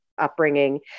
upbringing